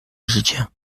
życia